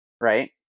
right